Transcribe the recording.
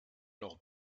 noch